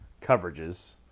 coverages